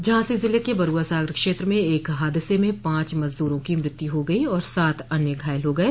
झांसी ज़िले के बरूआ सागर क्षेत्र में एक हादसे में पांच मजदूरों की मृत्यु हो गई ह और सात अन्य घायल हो गये